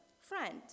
friend